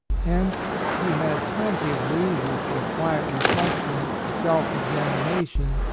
hence she had plenty of leisure for quiet reflection, self-examination,